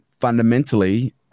fundamentally